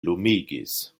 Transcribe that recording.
lumigis